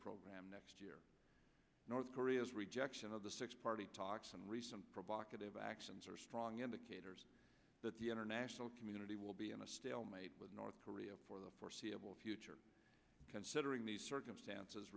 program next year north korea's rejection of the six party talks and recent provocative actions are strong indicators that the international community will be in a stalemate with north korea for the foreseeable future considering the circumstances